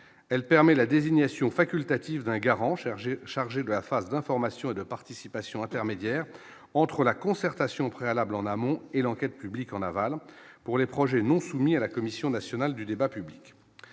elle permet la désignation facultative d'un garant, chargé, chargé de la phase d'information et de participation, intermédiaire entre la concertation préalable en amont et l'enquête publique en aval pour les projets non soumis à la Commission nationale du débat public,